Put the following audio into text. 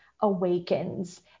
awakens